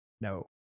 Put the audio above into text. no